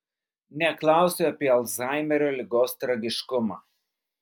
neklausiu apie alzhaimerio ligos tragiškumą